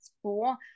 school